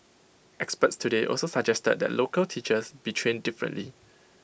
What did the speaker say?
experts today also suggested that local teachers be trained differently